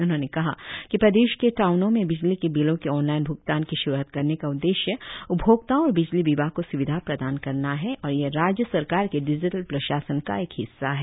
उन्होंने कहा कि प्रदेश के टाऊनों में बिजली के बिलों के ऑनलाईन भूगतान की शुरुआत करने का उद्देश्य उपभोक्ताओं और बिजली विभाग को स्विधा प्रदान करना है और यह राज्य सरकार के डिजिटल प्रशासन का एक हिस्सा है